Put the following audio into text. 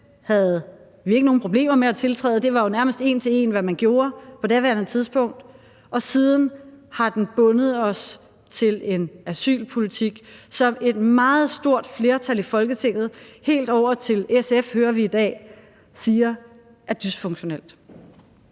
havde vi ikke nogen problemer med at tiltræde, for det var jo nærmest en til en, hvad man gjorde på daværende tidspunkt, og siden har den bundet os til en asylpolitik, som et meget stort flertal i Folketinget helt over til SF, hører vi i dag, siger er dysfunktionel.